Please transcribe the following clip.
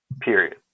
Period